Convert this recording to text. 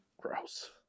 Gross